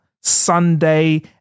Sunday